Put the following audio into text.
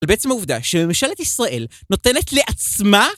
ובעצם העובדה שממשלת ישראל נותנת לעצמה